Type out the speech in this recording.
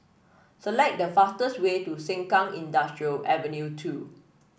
select the fastest way to Sengkang Industrial Avenue two